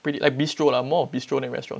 pretty uh bistro lah more of bistro than restaurant